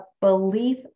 belief